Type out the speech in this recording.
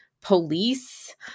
police